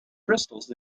crystals